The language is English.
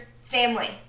family